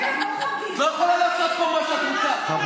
את לא יכולה לעשות פה מה שאת רוצה.